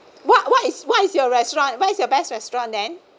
what what is what is your restaurant what is your best restaurant then